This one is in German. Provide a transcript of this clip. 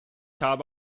habe